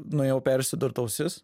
nuėjau persidurt ausis